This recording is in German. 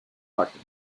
backen